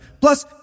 Plus